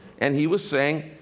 and he was saying,